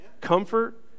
comfort